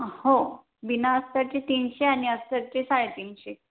हो विना अस्तरचे तीनशे आणि अस्तरचे साडेतीनशे